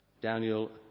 Daniel